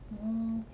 mm